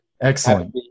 Excellent